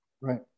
Right